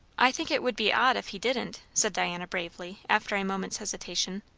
i think it would be odd if he didn't, said diana bravely, after a moment's hesitation.